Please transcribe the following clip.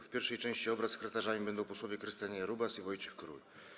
W pierwszej części obrad sekretarzami będą posłowie Krystian Jarubas i Wojciech Król.